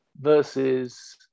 versus